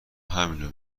همینو